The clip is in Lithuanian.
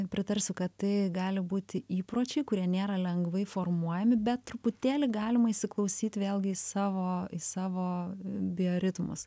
pritarsiu kad tai gali būti įpročiai kurie nėra lengvai formuojami bet truputėlį galima įsiklausyt vėlgi į savo į savo bioritmus